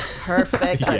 Perfect